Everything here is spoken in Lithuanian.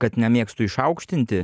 kad nemėgstu išaukštinti